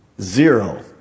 zero